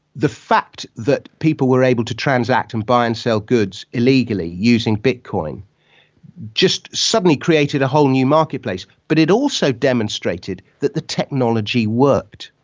the fact that people were able to transact and buy and sell goods illegally using bitcoin suddenly created a whole new marketplace. but it also demonstrated that the technology worked.